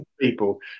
people